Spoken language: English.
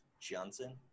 Johnson